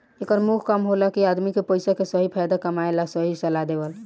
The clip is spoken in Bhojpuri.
एकर मुख्य काम होला कि आदमी के पइसा के सही फायदा कमाए ला सही सलाह देवल